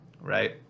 right